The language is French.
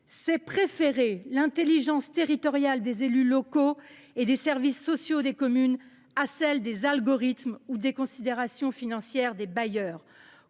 C’est préférer l’intelligence territoriale des élus locaux et des services sociaux des communes à celle des algorithmes ou des considérations financières des bailleurs.